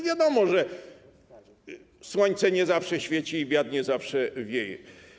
Wiadomo, że słońce nie zawsze świeci, wiatr nie zawsze wieje.